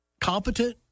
competent